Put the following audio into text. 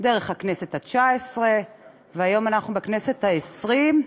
דרך הכנסת התשע-עשרה, והיום אנחנו בכנסת העשרים,